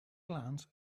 glance